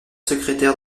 secrétaire